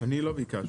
אני לא ביקשתי.